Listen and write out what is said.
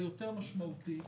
היותר משמעותית